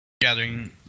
gathering